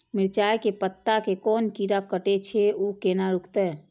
मिरचाय के पत्ता के कोन कीरा कटे छे ऊ केना रुकते?